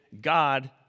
God